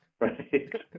Right